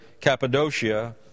Cappadocia